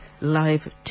live